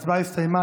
ההצבעה הסתיימה.